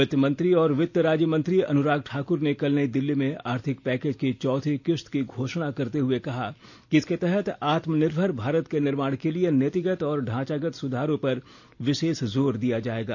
वित्तमंत्री और वित्त राज्यमंत्री अनुराग ठाकुर ने कल नई दिल्ली में आर्थिक पैकेज की चौथी किस्त की घोषणा करते हुए कहा कि इसके तहत आत्मनिर्मर भारत के निर्माण के लिए नीतिगत और ढांचागत सुधारों पर विशेष जोर दिया जाएगा